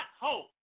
hope